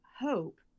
hope